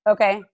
Okay